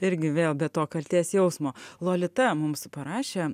irgi vėl be to kaltės jausmo lolita mums parašė